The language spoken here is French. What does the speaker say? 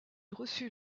reçut